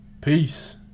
Peace